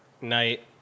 night